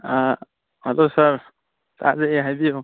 ꯑꯥ hello sir ꯇꯥꯖꯩꯌꯦ ꯍꯥꯏꯕꯤꯌꯣ